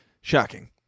shocking